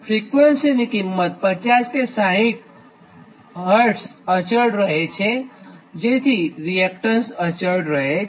જે ફ્રિકવન્સીની કિંમત 50 કે 60 અચળ રહે છે જેથી રીએક્ટન્સ અચળ રહે છે